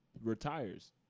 Retires